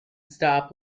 stop